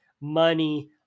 money